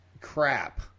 crap